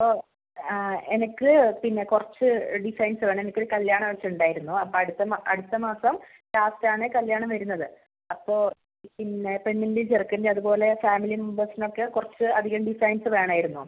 ഓ ആ എനിക്ക് പിന്നെ കുറച്ച് ഡിസൈൻസ് വേണം എനിക്കൊരു കല്യാണം ഒക്കെ ഉണ്ടായിരുന്നു അപ്പോൾ അടുത്ത അടുത്ത മാസം ലാസ്റ്റ് ആണ് കല്യാണം വരുന്നത് അപ്പോൾ പിന്നെ പെണ്ണിന്റെയും ചെറുക്കന്റെയും അതുപോലെ ഫാമിലി മെമ്പേഴ്സിനൊക്കെ കുറച്ച് അധികം ഡിസൈൻസ് വേണമായിരുന്നു